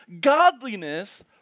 godliness